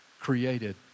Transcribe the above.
created